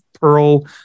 Pearl